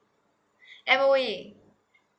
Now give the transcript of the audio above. M_O_E